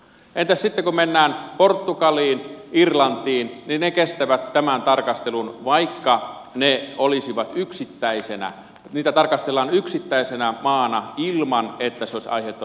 entäs sitten kun mennään portugaliin irlantiin ne kestävät tämän tarkastelun vaikka niitä tarkastellaan yksittäisinä maina ilman että se olisi aiheuttanut dominoilmiön